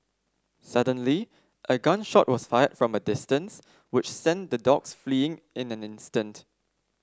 suddenly a gun shot was fired from a distance which sent the dogs fleeing in an instant